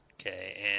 Okay